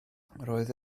roedd